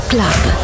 Club